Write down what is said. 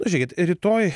nu žėkit rytoj